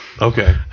Okay